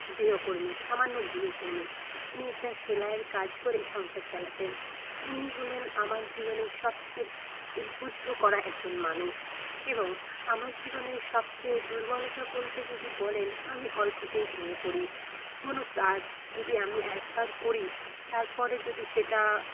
গৃহকর্মী সামান্য গৃহকর্মী উনি একটা সেলাইয়ের কাজ করে সংসার চালাতেন উনি হলেন আমার জীবনের সবচেয়ে উদ্বুদ্ধ করা একজন মানুষ এবং আমার জীবনের সবচেয়ে দুর্বলতা বলতে যদি বলেন আমি অল্পতেই ভেঙে পড়ি কোনো কাজ যদি আমি একবার করি তারপরে যদি সেটা